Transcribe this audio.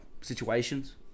situations